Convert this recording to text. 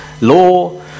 Law